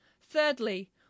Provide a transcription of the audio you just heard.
thirdly